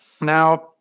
Now